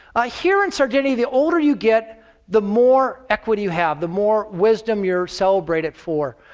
ah here in sardinia, the older you get the more equity you have, the more wisdom you're celebrated for.